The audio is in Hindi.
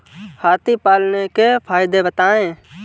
हाथी पालने के फायदे बताए?